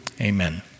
amen